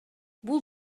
бул